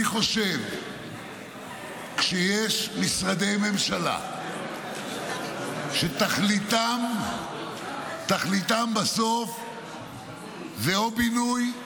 אני חושב שכשיש משרדי ממשלה שתכליתם בסוף זה או בינוי,